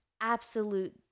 absolute